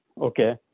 Okay